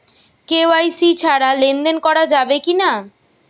KYC ছাড়া লেনদেন করা যাবে কিনা?